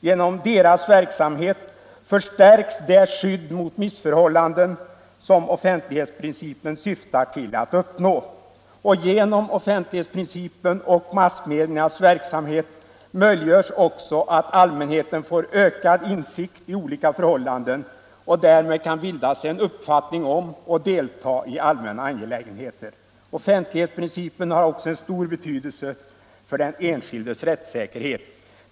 Genom deras verksamhet förstärks det skydd mot missförhållanden som offentlighetsprincipen syftar till att uppnå. Genom offentlighetsprincipen och massmediernas verksamhet möjliggörs också att allmänheten får ökad insikt i olika förhållanden och därmed kan bilda sig en uppfattning om och delta i allmänna angelägenheter. Offentlighetsprincipen har också en stor betydelse för den enskildes rättssäkerhet.